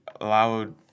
allowed